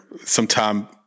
sometime